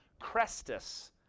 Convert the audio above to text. Crestus